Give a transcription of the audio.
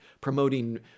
promoting